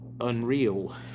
unreal